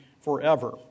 forever